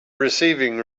receiving